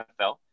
NFL